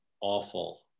awful